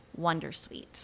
Wondersuite